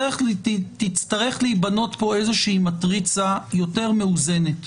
שתצטרך להיבנות פה איזה מטריצה יותר מאוזנת,